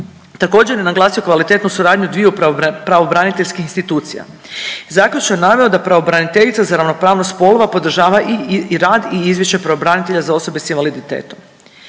Također je naglasio kvalitetnu suradnju dviju pravobraniteljskih institucija. Zaključno je naveo da pravobraniteljica za ravnopravnost spolova podržava i rad i izvješće pravobranitelja za osobe s invaliditetom.